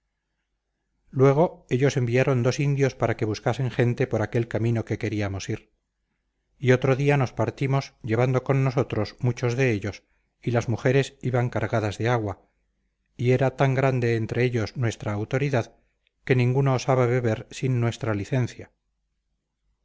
luego ellos enviaron dos indios para que buscasen gente por aquel camino que queríamos ir y otro día nos partimos llevando con nosotros muchos de ellos y las mujeres iban cargadas de agua y era tan grande entre ellos nuestra autoridad que ninguno osaba beber sin nuestra licencia